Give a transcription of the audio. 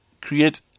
create